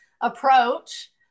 approach